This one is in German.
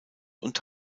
und